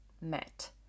met